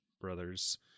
brothers